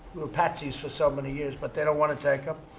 we were patsies for so many years, but they don't want to take them.